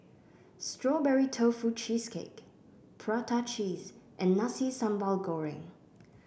Strawberry Tofu Cheesecake Prata Cheese and Nasi Sambal Goreng